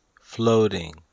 floating